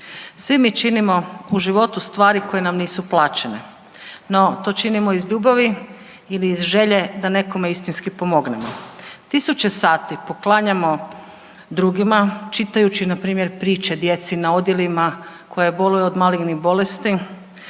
svi mi činimo u životu stvari koje nam nisu plaćene, no to činimo iz ljubavi ili iz želje da nekome istinski pomognem. Tisuće sati poklanjamo drugima čitajući npr. priče djeci na odjelima koja boluju od malignih bolesti,